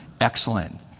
Excellent